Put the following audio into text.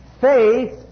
faith